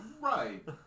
Right